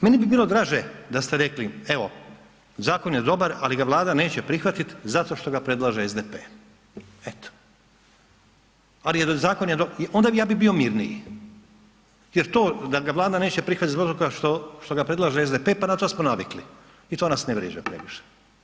Meni bi bilo draže da ste rekli evo, zakon je dobar ali ga Vlada neće prihvatit zato što ga predlaže SDP, eto. ... onda ja bi bio mirniji jer to da ga Vlada neće prihvatiti zbog toga što ga preslaže SDP, pa na to smo navikli i to nas ne vrijeđa previše.